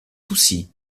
toucy